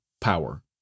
power